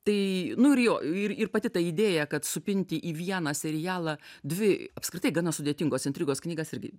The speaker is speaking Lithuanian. tai nu ir jo ir ir pati ta idėja kad supinti į vieną serialą dvi apskritai gana sudėtingos intrigos knygas irgi